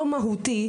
הוא כל כך לא מהותי,